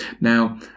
Now